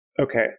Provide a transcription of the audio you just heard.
Okay